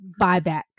buyback